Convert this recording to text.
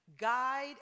Guide